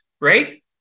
right